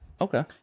Okay